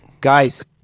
guys